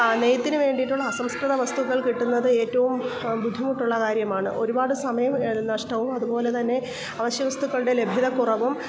ആ നെയ്ത്തിന് വേണ്ടിയിട്ടുള്ള അസംസ്കൃത വസ്തുക്കൾ കിട്ടുന്നത് ഏറ്റവും ബുദ്ധിമുട്ടുള്ള കാര്യമാണ് ഒരുപാട് സമയ നഷ്ടവും അതുപോലെത്തന്നെ അവശ്യവസ്തുക്കളുടെ ലഭ്യത കുറവും